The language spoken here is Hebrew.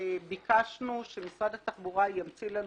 ביקשנו שמשרד התחבורה ימציא לנו